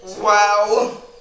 Wow